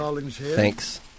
Thanks